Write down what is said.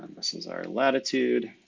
so is our latitude.